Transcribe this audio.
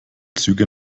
züge